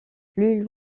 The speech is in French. plus